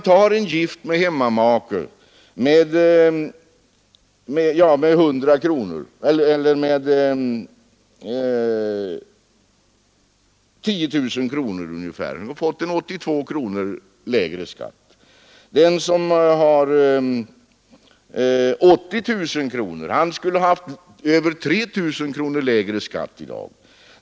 För en gift person med hemmamake och 10 000 kronors inkomst skulle skatten bli 82 kronor lägre. Den som har 80 000 kronors inkomst skulle i dag ha över 3 000 kronor lägre skatt.